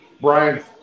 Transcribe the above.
Brian